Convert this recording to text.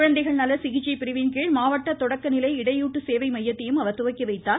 குழந்தைகள் நல சிகிச்சை பிரிவின் கீழ் மாவட்ட தொடக்க நிலை இடையூட்டு சேவை மையத்தையும் அவர் துவக்கி வைத்தார்